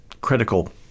critical